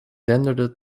denderde